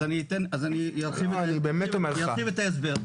אז אני ארחיב את ההסבר,